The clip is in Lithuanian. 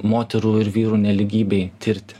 moterų ir vyrų nelygybei tirti